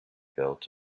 built